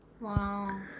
wow